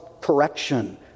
correction